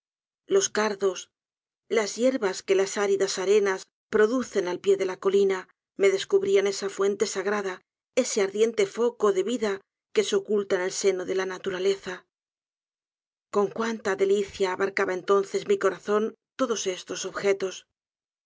los cardos las yerbas que las áridas arenas producen al pie de la colina m e descubrían esa fuente sagrada ese ardiente foco d e vida que se oculta en el seno de la naturaleza con cuánta delicia abarcaba entonces mi corazón todos estos objetos